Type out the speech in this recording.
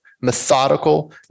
methodical